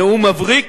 נאום מבריק.